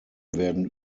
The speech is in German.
werden